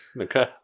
okay